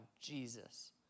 Jesus